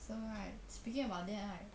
so right speaking about that right